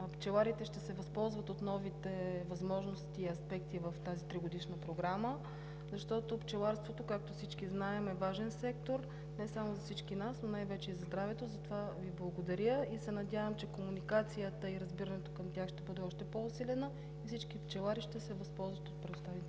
пчеларите ще се възползват от новите възможности и аспекти в тази тригодишна програма, защото пчеларството, както всички знаем, е важен сектор не само за всички нас, но най-вече и за здравето. Затова Ви благодаря и се надявам, че комуникацията и разбирането към тях ще бъде още по-усилена и всички пчелари ще се възползват от предоставените